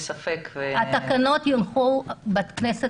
התקנות יונחו בכנסת בקרוב.